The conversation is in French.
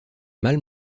mal